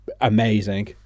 amazing